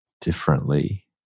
differently